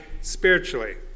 spiritually